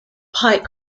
pike